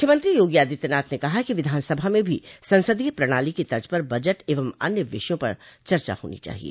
मुख्यमंत्री योगी आदित्यनाथ ने कहा कि विधानसभा में भी संसदीय प्रणाली के तर्ज पर बजट एवं अन्य विषयों पर चर्चा होनी चाहिए